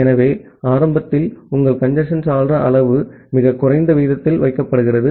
ஆகவே ஆரம்பத்தில் உங்கள் கஞ்சேஸ்ன் சாளர அளவு மிகக் குறைந்த விகிதத்தில் வைக்கப்படுகிறது